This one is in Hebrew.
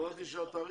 מבקשים שבקול הקורא